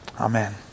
Amen